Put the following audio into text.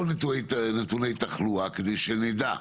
כל נתוני תחלואה כדי שנדע.